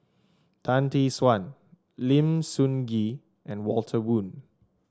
Tan Tee Suan Lim Sun Gee and Walter Woon